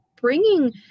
bringing